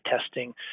testing